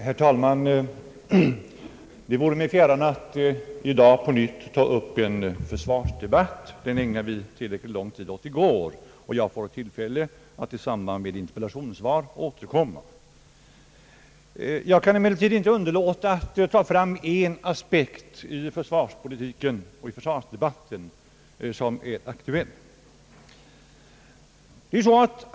Herr talman! Det vare mig fjärran att i dag på nytt ta upp en försvarsdebatt. Den ägnade vi tillräckligt lång tid åt i går, och jag får tillfälle att återkomma i samband med ett interpellationssvar. Jag kan emellertid inte underlåta att ta fram en aspekt ur försvarsdebatten som är aktuell.